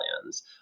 plans